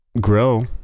grow